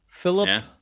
Philip